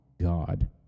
God